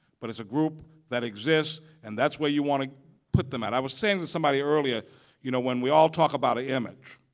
but it's a group that exists and that's where you want to put them at. i was saying to somebody earlier you know when we all talk about image,